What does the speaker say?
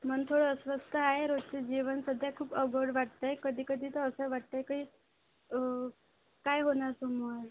मन थोडं अस्वस्थ आहे रोजचे जीवन सध्या खूप अवघड वाटत आहे कधी कधी तर असं वाटत आहे काही काय होणार समोर